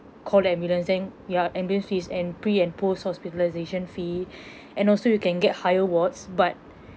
call the ambulance then ya ambulance fees and pre and post hospitalisation fee and also you can get higher wards but